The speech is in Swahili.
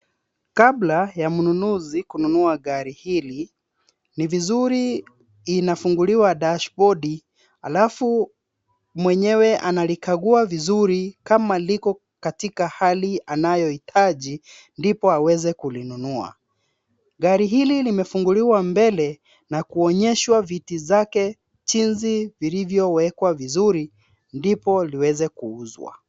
Kabla ya mnunuzi kununua gari hili ni vizuri inafunguliwa dashbodi alafu mwenyewe analikagua vizuri kama liko katika hali anayohitaji ndipo aweze kulinunua. Gari hili limefunguliwa mbele na kuonyeshwa viti zake jinsi vilivyowekwa vizuri ndipo liweze kuuzwa.